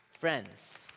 Friends